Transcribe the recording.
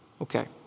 Okay